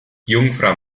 jungfrau